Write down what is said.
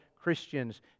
Christians